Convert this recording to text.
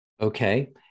Okay